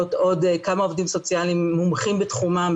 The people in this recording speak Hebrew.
עוד כמה עובדים סוציאליים מומחים בתחומים,